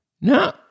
No